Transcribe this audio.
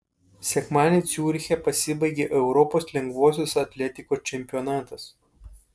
sekmadienį ciuriche pasibaigė europos lengvosios atletikos čempionatas